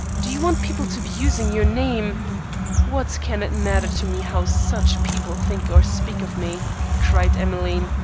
do you want people to be using your name what can it matter to me how such people think or speak of me cried emmeline,